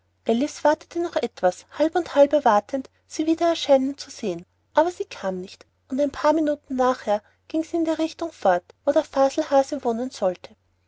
wartete noch etwas halb und halb erwartend sie wieder erscheinen zu sehen aber sie kam nicht und ein paar minuten nachher ging sie in der richtung fort wo der faselhase wohnen sollte